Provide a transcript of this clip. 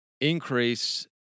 increase